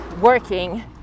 working